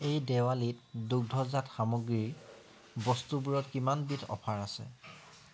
এই দেৱালীত দুগ্ধজাত সামগ্ৰীৰ বস্তুবোৰত কিমান বিধ অফাৰ আছে